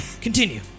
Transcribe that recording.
continue